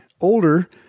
older